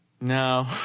no